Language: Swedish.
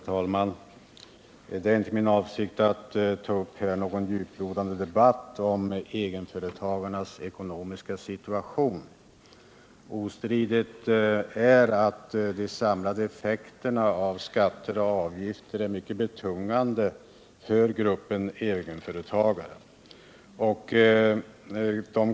Herr talman! Det är inte min avsikt att här ta upp någon djuplodande debatt om egenföretagarnas ekonomiska situation. Obestridligt är dock att de samlade effekterna av skatter och avgifter är mycket betungande för gruppen egenföretagare.